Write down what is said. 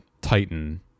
Titan